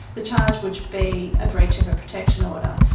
the charge would be a breach of a protection order,